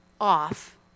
off